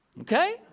Okay